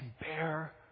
bear